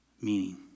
meaning